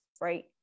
Right